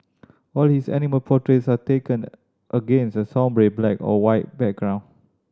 all his animal portraits are taken against a sombre black or white background